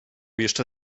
jeszcze